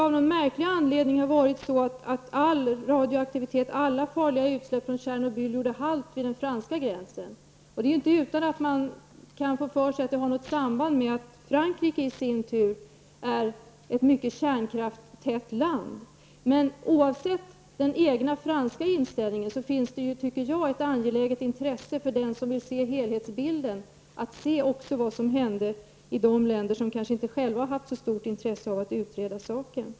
Av någon märklig anledning tycks t.ex. all radioaktivitet och alla farliga utsläpp från Tjernobyl ha gjort halt vid den franska gränsen. Det är inte utan att man kan få för sig att det har något samband med att Frankrike är ett mycket kärnkraftstätt land. Bortsett från inställningen i Frankrike borde det vara ett angeläget intresse för den som vill se helhetsbilden att också undersöka vad som hände i de länder som själva kanske inte har haft så stort intresse av att utreda saken.